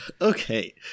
Okay